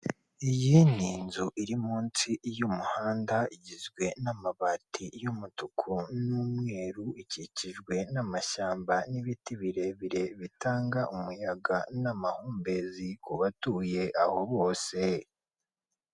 Ogisisi foiri biro akaba ari ibiro bifasha abaza kuvunjisha amafaranga yabo bayakura mu bwoko runaka bw'amafaranga bayashyira mu bundi bwoko runaka bw'amafaranga, aha turabonamo mudasobwa, turabonamo n'umugabo wicaye ategereje gufasha abakiriya baza kuvunjisha amafaranga yawe.